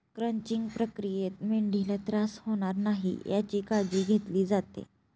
crunching प्रक्रियेत मेंढीला त्रास होणार नाही याची काळजी घेतली जाते